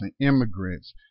immigrants